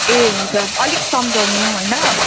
ए हुन्छ अलिक सम्झाउनु होइन